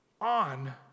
on